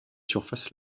surface